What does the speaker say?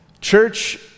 Church